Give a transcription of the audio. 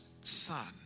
Son